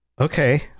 okay